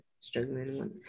struggling